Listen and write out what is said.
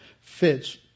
fits